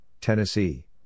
Tennessee